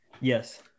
Yes